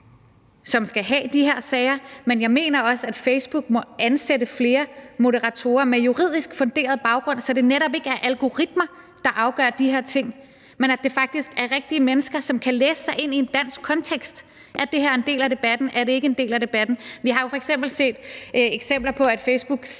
som skal have de her sager. Jeg mener også, at Facebook må ansætte flere moderatorer med en juridisk funderet baggrund, så det netop ikke er algoritmer, der afgør de her ting, men at det faktisk er rigtige mennesker, som kan læse sig ind i en dansk kontekst – er det her en del af debatten, eller er det ikke en del af debatten? Vi har jo f.eks. set eksempler på, at Facebook